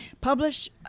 Publish